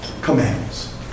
commands